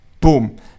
Boom